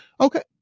Okay